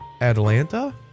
Atlanta